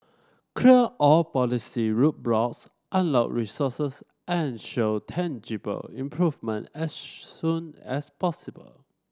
clear all policy roadblocks unlock resources and show tangible improvement as soon as possible